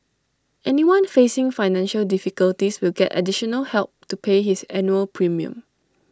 anyone facing financial difficulties will get additional help to pay his annual premium